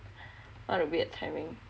what a weird timing